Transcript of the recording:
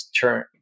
turn